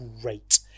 great